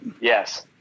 Yes